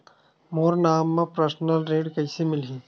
मोर नाम म परसनल ऋण कइसे मिलही?